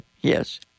Yes